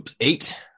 eight